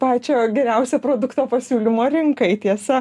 pačio geriausio produkto pasiūlymo rinkai tiesa